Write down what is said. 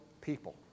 people